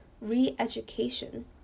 re-education